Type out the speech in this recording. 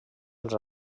els